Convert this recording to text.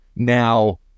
now